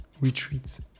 retreat